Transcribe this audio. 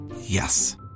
Yes